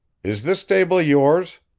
is this stable yours?